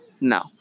No